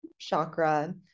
chakra